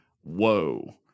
Whoa